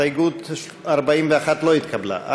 הסתייגות 41 לא התקבלה.